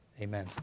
Amen